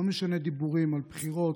לא משנה דיבורים על בחירות,